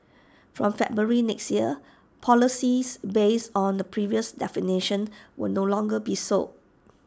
from February next year policies based on the previous definitions will no longer be sold